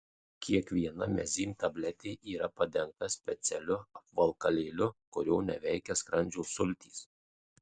kiekviena mezym tabletė yra padengta specialiu apvalkalėliu kurio neveikia skrandžio sultys